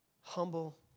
Humble